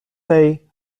tej